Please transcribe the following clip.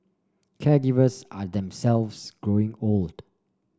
caregivers are themselves growing old